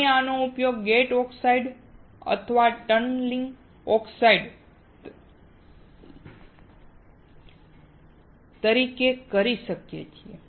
આપણે આનો ઉપયોગ ગેટ ઓક્સાઇડ અથવા ટનલિંગ ઓક્સાઇડ તરીકે કરી શકીએ છીએ